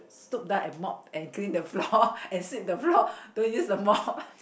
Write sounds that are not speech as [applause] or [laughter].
stoop down and mop and clean the floor [laughs] and sweep the floor [laughs] don't use the mop [laughs]